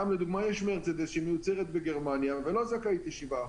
לדוגמה יש מרצדס שמיוצרת בגרמניה ולא זכאית ל-7%,